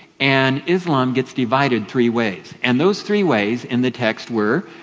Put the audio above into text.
and islam gets divided three ways. and those three ways in the text were,